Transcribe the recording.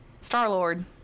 Star-Lord